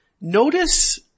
notice